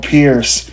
Pierce